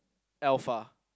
alpha